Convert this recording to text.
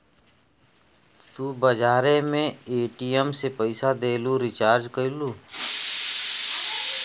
तू बजारे मे ए.टी.एम से पइसा देलू, रीचार्ज कइलू